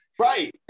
right